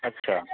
আচ্ছা